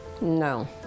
No